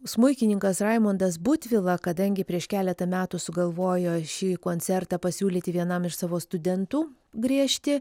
smuikininkas raimundas butvila kadangi prieš keletą metų sugalvojo šį koncertą pasiūlyti vienam iš savo studentų griežti